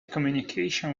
communication